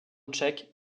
tchèque